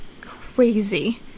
crazy